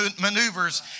maneuvers